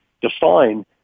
define